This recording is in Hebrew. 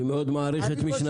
אני מעריך מאוד את מי שנתן לך.